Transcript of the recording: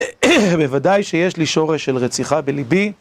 בוודאי שיש לי שורש של רציחה בליבי